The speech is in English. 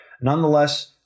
nonetheless